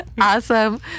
Awesome